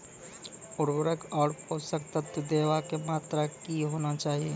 उर्वरक आर पोसक तत्व देवाक मात्राकी हेवाक चाही?